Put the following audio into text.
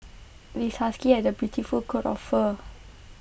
this husky has A beautiful coat of fur